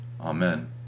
Amen